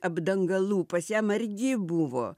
apdangalų pas ją margi buvo